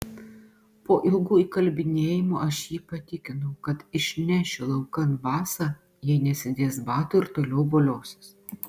po ilgų įkalbinėjimų aš jį patikinau kad išnešiu laukan basą jei nesidės batų ir toliau voliosis